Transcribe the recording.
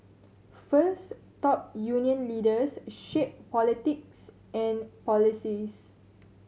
first top union leaders shape politics and policies